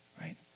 right